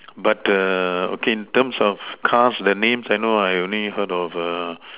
but err okay in terms of cars the names I know I only heard of uh